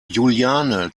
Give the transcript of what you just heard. juliane